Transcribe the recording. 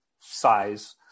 size